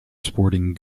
sporting